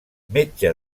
metge